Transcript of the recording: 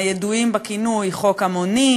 הידועים בכינוי "חוק המונית",